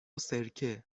سرکه